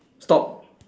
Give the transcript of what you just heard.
stop